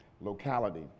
locality